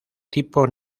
tipo